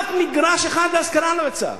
אף מגרש אחד להשכרה לא יצא.